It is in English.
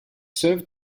served